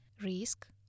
Risk